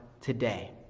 today